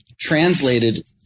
translated